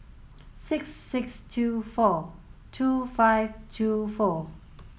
six six two four two five two four